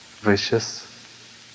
vicious